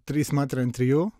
trys metrai ant trijų